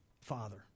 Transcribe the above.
Father